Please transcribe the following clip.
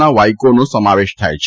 ના વાઇકોનો સમાવેશ થાય છે